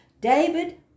David